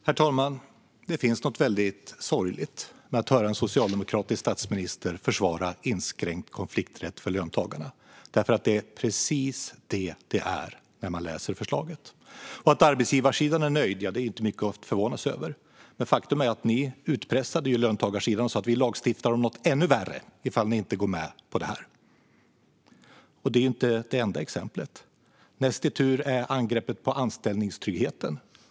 Herr talman! Det finns något väldigt sorgligt med att höra en socialdemokratisk statsminister försvara inskränkt konflikträtt för löntagarna. Detta är precis vad detta handlar om, vilket man kan se när man läser förslaget. Att arbetsgivarsidan är nöjd är inte mycket att förvånas över. Men faktum är att ni ju utpressade löntagarsidan om att det blir en ännu värre lagstiftning om de inte skulle ha gått med på detta. Detta är inte det enda exemplet. Näst i tur är angreppet på anställningstryggheten.